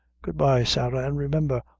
good-bye, sarah, an' remember,